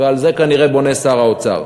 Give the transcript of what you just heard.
ועל זה כנראה בונה שר האוצר.